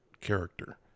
character